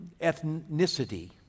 ethnicity